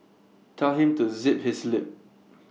tell him to zip his lip